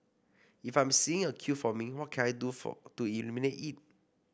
if I'm seeing a queue forming what can I do for to eliminate it